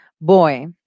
boy